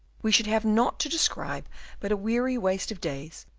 we should have naught to describe but a weary waste of days,